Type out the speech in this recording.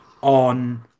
on